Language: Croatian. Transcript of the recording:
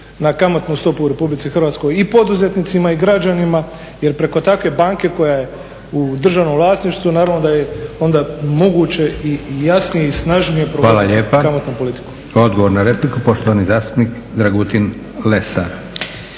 na kamatnu stopu u Republici Hrvatskoj i poduzetnicima i građanima jer preko takve banke koja je u državnom vlasništvu, naravno da je onda moguće, i jasnije i snažnije provoditi kamatnu politiku. **Leko, Josip (SDP)** Hvala lijepa. Odgovor na repliku poštovani zastupnik Dragutin Lesar.